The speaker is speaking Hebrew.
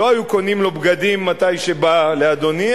לא היו קונים לו בגדים מתי שבא לאדוני,